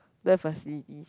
the facility